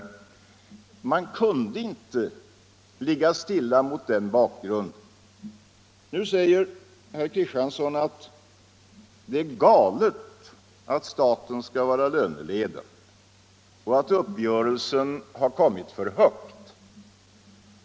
Mot den bakgrunden gick det inte att ligga stilla från statens sida. Herr Kristiansson säger att det är galet att staten skall vara löneledande och att uppgörelsen har hamnat för högt.